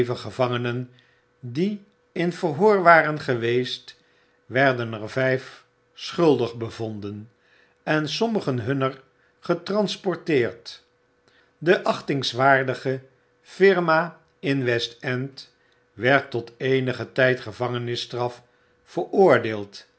gevangenen die in verhoor waren geweest werdenervyf schuldig bevonden en sommigen hunner getransporteerd de acbtingswaarcfige firma in west-end werd tot eenigen tyd gevangenisstraf veroordeeld